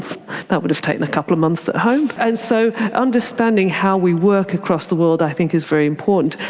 that would have taken a couple of months at home. and so understanding how we work across the world i think is very important,